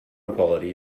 quality